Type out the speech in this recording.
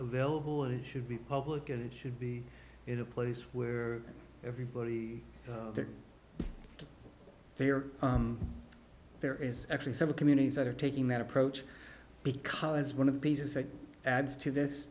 available it should be public and it should be in a place where everybody that they are there is actually several communities that are taking that approach because one of the pieces that adds to this